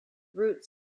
routes